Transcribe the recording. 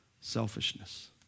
Selfishness